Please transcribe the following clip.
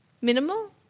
minimal